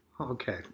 Okay